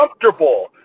comfortable –